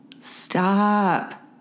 stop